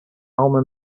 alma